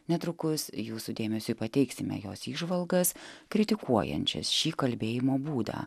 netrukus jūsų dėmesiui pateiksime jos įžvalgas kritikuojančias šį kalbėjimo būdą